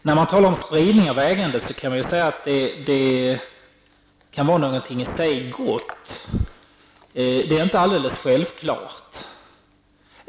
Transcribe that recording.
När man talar om spridning av ägandet kan man säga att det i sig kan vara gott. Det är inte helt självklart.